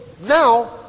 now